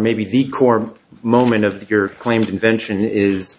maybe the core moment of your claimed invention is